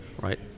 right